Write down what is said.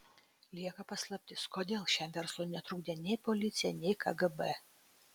lieka paslaptis kodėl šiam verslui netrukdė nei policija nei kgb